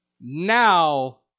now